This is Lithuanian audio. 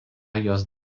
jos